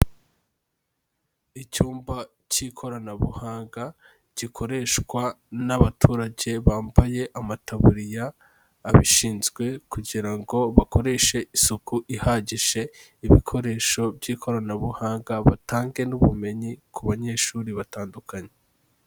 Icyumba cy'ikoranabuhanga gikoreshwa n'abaturage bambaye amataburiya abishinzwe kugira ngo bakoreshe isuku ihagije ibikoresho by'ikoranabuhanga, batange n'ubumenyi ku banyeshuri batandukanye.